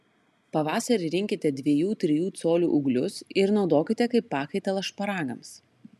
pavasarį rinkite dviejų trijų colių ūglius ir naudokite kaip pakaitalą šparagams